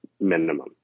minimum